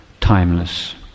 timeless